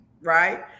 right